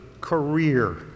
career